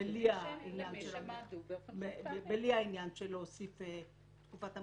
בלי העניין של הוספת תקופת המחיקה.